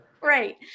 Right